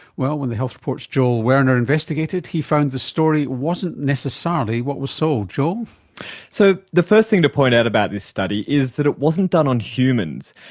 well, when the health report's joel werner investigated, he found the story wasn't necessarily what was sold. so the first thing to point out about this study is that it wasn't done on humans.